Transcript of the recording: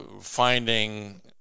finding